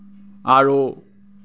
আৰু